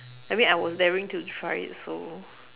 I mean I was daring to try it so